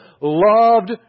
loved